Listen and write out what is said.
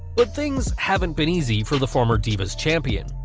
but things haven't been easy for the former divas champion.